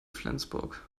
flensburg